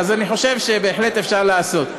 אז אני חושב שבהחלט אפשר לעשות.